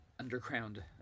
Underground